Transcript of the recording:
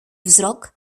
wzrok